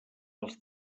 als